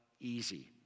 easy